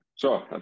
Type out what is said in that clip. sure